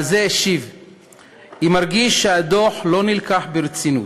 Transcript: הוא השיב על זה: "אם ארגיש שהדוח לא נלקח ברצינות,